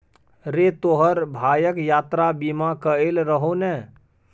रे तोहर भायक यात्रा बीमा कएल रहौ ने?